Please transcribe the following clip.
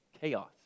chaos